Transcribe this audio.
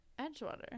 Edgewater